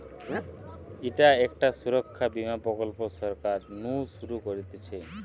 ইটা একটা সুরক্ষা বীমা প্রকল্প সরকার নু শুরু করতিছে